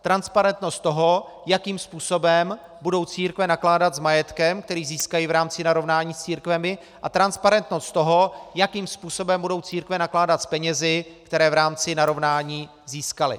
Transparentnost toho, jakým způsobem budou církve nakládat s majetkem, který získají v rámci narovnání s církvemi, a transparentnost toho, jakým způsobem budou církve nakládat s penězi, které v rámci narovnání získaly.